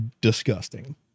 disgusting